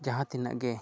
ᱡᱟᱦᱟᱸ ᱛᱤᱱᱟᱹᱜ ᱜᱮ